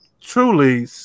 truly